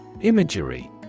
Imagery